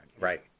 Right